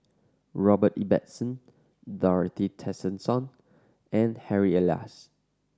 Robert Ibbetson Dorothy Tessensohn and Harry Elias